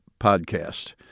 podcast